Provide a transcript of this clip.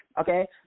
okay